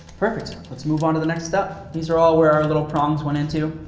perfect. let's move on to the next step. these are all where our little prongs went into,